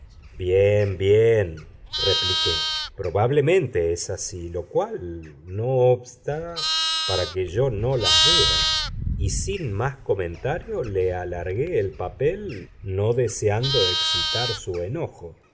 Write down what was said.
repliqué probablemente es así lo cual no obsta para que yo no las vea y sin más comentario le alargué el papel no deseando excitar su enojo